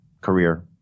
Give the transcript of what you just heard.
career